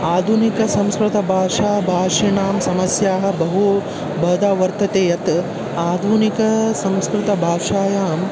आधुनिकसंस्कृतभाषा भाषणं समस्याः बहु बद वर्तते यत् आधुनिकसंस्कृतभाषायां